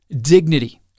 dignity